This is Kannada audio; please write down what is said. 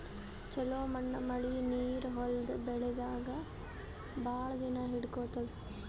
ಛಲೋ ಮಣ್ಣ್ ಮಳಿ ನೀರ್ ಹೊಲದ್ ಬೆಳಿದಾಗ್ ಭಾಳ್ ದಿನಾ ಹಿಡ್ಕೋತದ್